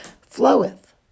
floweth